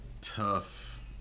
tough